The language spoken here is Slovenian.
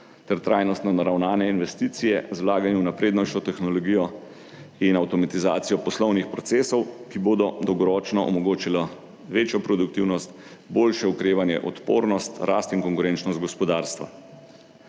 ter trajnostno naravnane investicije z vlaganji v naprednejšo tehnologijo in avtomatizacijo poslovnih procesov, ki bodo dolgoročno omogočili večjo produktivnost, boljše okrevanje, odpornost, rast in konkurenčnost gospodarstva.